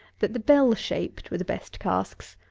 that the bell-shaped were the best casks.